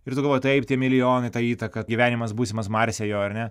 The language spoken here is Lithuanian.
ir tu galvoji taip tie milijonai ta įtaka gyvenimas būsimas marse jo ar ne